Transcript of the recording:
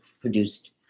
produced